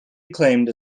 acclaimed